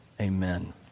Amen